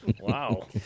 Wow